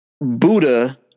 Buddha